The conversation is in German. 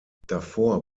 davor